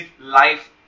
life